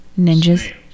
Ninjas